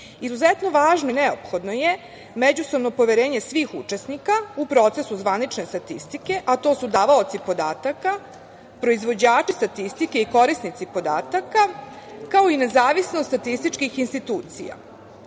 važno i neophodno je međusobno poverenje svih učesnika u procesu zvanične statistike, a to su davaoci podataka, proizvođači statistike i korisnici podataka, kao i nezavisnost statističkih institucija. Ja